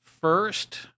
first